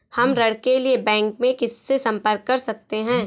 हम ऋण के लिए बैंक में किससे संपर्क कर सकते हैं?